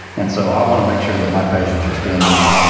and so, i want to make sure that my patients are spending,